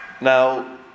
Now